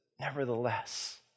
Nevertheless